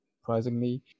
surprisingly